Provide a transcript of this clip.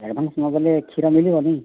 advance ନଦେଲେ କ୍ଷୀର ମିଳିବନି